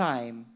Time